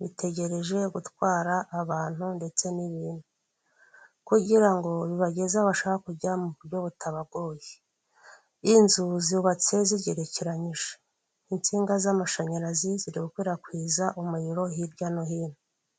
bitegereje gutwara abantu ndetse n'ibintu, kugira ngo bibageze bashaka kujya mu buryo butabagoye. Inzu zubatse zigerekeranyije insinga z'amashanyarazi ziri gukwirakwiza umuriro hirya no hino.